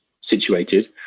situated